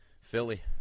Philly